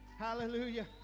hallelujah